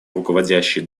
руководящие